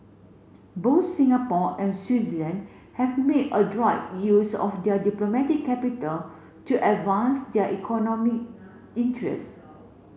both Singapore and Switzerland have made adroit use of their diplomatic capital to advance their economic interest